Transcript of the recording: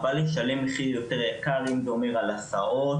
אבל לשלם מחיר יותר יקר, אם זה אומר על הסעות,